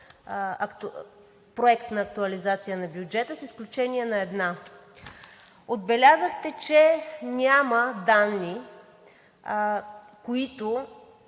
Проект на актуализация на бюджета, с изключение на една. Отбелязахте, че няма данни, които